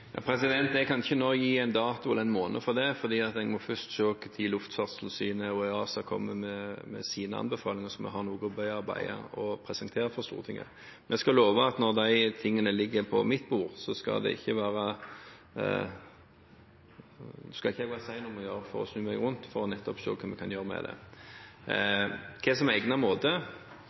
Jeg kan ikke nå gi en dato eller en måned for det, for jeg må først se når Luftfartstilsynet og EASA kommer med sine anbefalinger, sånn at vi har noe å bearbeide og presentere for Stortinget. Men jeg skal love at når de tingene ligger på mitt bord, skal jeg ikke være sen med å snu meg rundt og se hva vi kan gjøre med det. Hva er egnet måte?